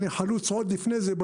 אני חלוץ עוד לפני זה,